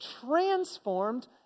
transformed